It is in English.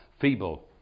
feeble